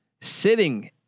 sitting